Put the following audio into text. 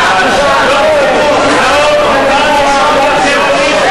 ההצעה להעביר את הנושא לוועדת הכנסת